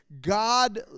God